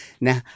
now